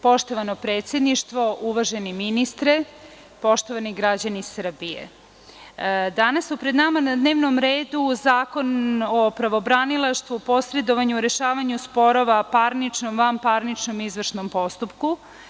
Poštovano predsedništvo, uvaženi ministre, poštovani građani Srbije, danas su pred nama na dnevnom redu Zakon o pravobranilaštvu, posredovanju, rešavanju sporova u parničnom, vanparničnom i izvršnom postupku.